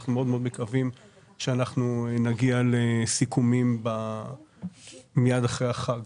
ואנחנו מאוד מקווים שאנחנו נגיע לסיכומים מיד אחרי החג.